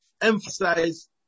emphasize